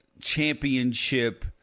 championship